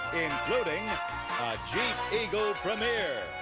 including a jeep eagle premier.